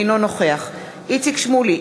אינו נוכח איציק שמולי,